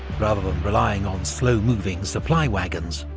rather than relying on slow-moving supply wagons.